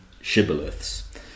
shibboleths